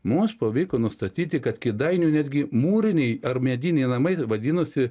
mums pavyko nustatyti kad kėdainių netgi mūriniai ar mediniai namai vadinosi